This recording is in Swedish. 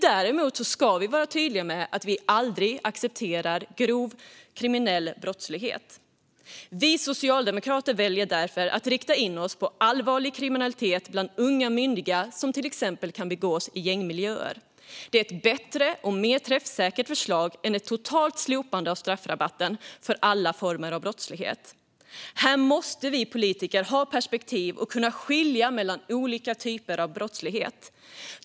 Däremot ska vi vara tydliga med att vi aldrig accepterar grov brottslighet. Vi socialdemokrater väljer därför att rikta in oss på allvarlig kriminalitet bland unga myndiga som till exempel kan begås i gängmiljöer. Det är ett bättre och mer träffsäkert förslag än ett totalt slopande av straffrabatten för alla former av brottslighet. Här måste vi politiker ha perspektiv och kunna skilja mellan olika typer av brottslighet.